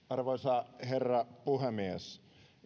arvoisa herra puhemies